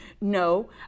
no